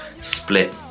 split